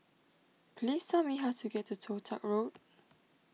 please tell me how to get to Toh Tuck Road